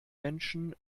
menschen